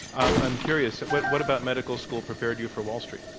i'm curious. what what about medical school prepared you for wall street?